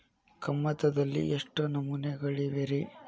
ಕಮತದಲ್ಲಿ ಎಷ್ಟು ನಮೂನೆಗಳಿವೆ ರಿ?